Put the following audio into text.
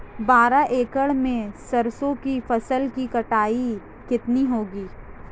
बारह एकड़ में सरसों की फसल की कटाई कितनी होगी?